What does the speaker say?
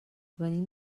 venim